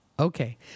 Okay